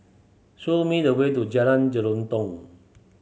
show me the way to Jalan Jelutong